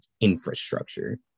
infrastructure